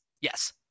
yes